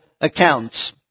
accounts